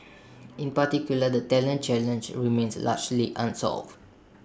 in particular the talent challenge remains largely unsolved